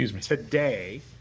today